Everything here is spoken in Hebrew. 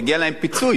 מגיע להם פיצוי,